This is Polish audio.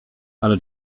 ale